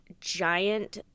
giant